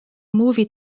movie